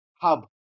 hub